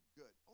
good